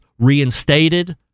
reinstated